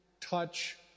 touch